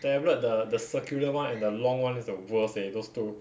tablet the the circular [one] and the long [one] is the worst eh those two